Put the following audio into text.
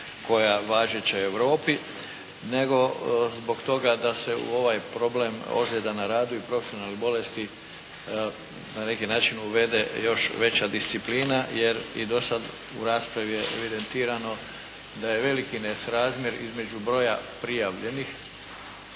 koja je važeća Europi, nego zbog toga da se u ovaj problem ozljeda na radu i profesionalnih bolesti na neki način uvede još veća disciplina jer i dosad u raspravi je evidentirano da je veliki nesrazmjer između broja prijavljenih